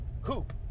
hoop